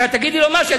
כשאת תגידי לו משהו,